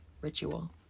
ritual